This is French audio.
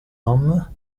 homme